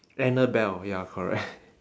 annabelle ya correct